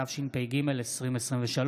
התשפ"ג 2023,